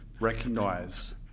recognize